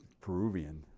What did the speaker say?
Peruvian